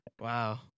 Wow